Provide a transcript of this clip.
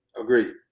Agreed